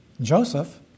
Joseph